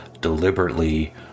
deliberately